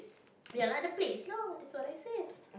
ya lah the place lah that's what I said